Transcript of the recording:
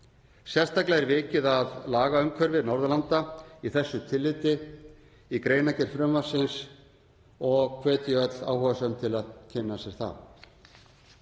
Sérstaklega er vikið að lagaumhverfi Norðurlanda í þessu tilliti í greinargerð frumvarpsins og hvet ég öll áhugasöm til að kynna sér það.